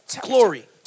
glory